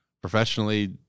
professionally